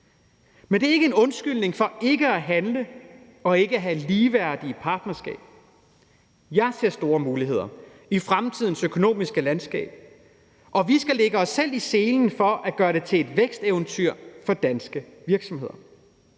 Men det er ikke en undskyldning for ikke at handle og ikke at have ligeværdige partnerskaber. Jeg ser store muligheder i fremtidens økonomiske landskab, og vi skal lægge os i selen for at gøre det til et væksteventyr for danske virksomheder.